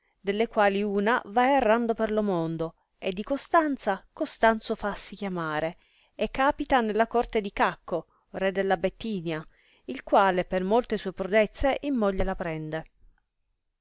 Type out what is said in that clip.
delle quali una va errando per lo mondo e di costanza costanzo fassi chiamare e capita nella corte di cacco re della bettinia il quale per molte sue prodezze in moglie la prende